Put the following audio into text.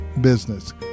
business